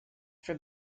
for